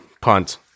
punt